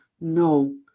No